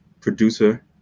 producer